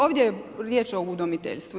Ovdje je riječ o udomiteljstvu.